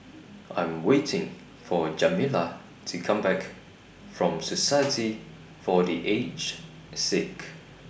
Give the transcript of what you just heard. I'm waiting For Jamila to Come Back from Society For The Aged Sick